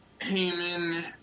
Heyman